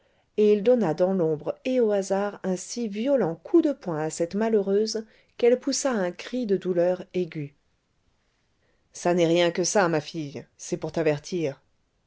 et il donna dans l'ombre et au hasard un si violent coup de poing à cette malheureuse qu'elle poussa un cri de douleur aigu ça n'est rien que ça ma fille c'est pour t'avertir